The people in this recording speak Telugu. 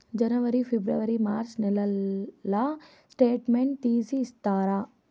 జనవరి, ఫిబ్రవరి, మార్చ్ నెలల స్టేట్మెంట్ తీసి ఇస్తారా?